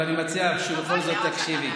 אבל אני מציע שבכל זאת תקשיבי.